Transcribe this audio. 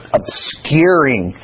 obscuring